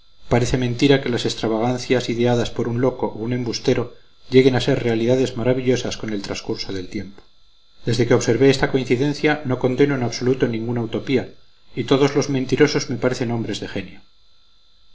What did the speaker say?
parece mentira que las extravagancias ideadas por un loco o un embustero lleguen a ser realidades maravillosas con el transcurso del tiempo desde que observé esta coincidencia no condeno en absoluto ninguna utopía y todos los mentirosos me parecen hombres de genio